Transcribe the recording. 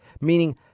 Meaning